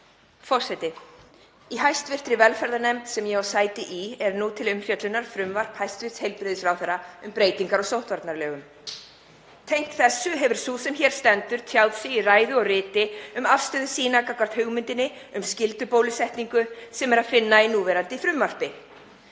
Forseti. Í hv. velferðarnefnd, sem ég á sæti í, er nú til umfjöllunar frumvarp hæstv. heilbrigðisráðherra um breytingar á sóttvarnalögum. Tengt þessu hefur sú sem hér stendur tjáð sig í ræðu og riti um afstöðu sína gagnvart hugmyndinni um skyldubólusetningu, sem er að finna í núverandi frumvarpi.